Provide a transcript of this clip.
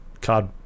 Card